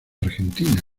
argentina